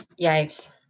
Yikes